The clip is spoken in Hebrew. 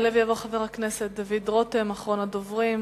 יעלה ויבוא חבר הכנסת דוד רותם, אחרון הדוברים.